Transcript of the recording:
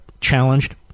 challenged